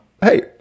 hey